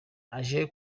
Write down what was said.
aje